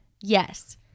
yes